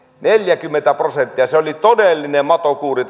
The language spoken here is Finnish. neljäkymmentä prosenttia se oli todellinen matokuuri